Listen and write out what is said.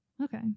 Okay